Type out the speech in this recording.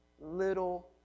little